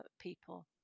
people